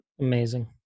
Amazing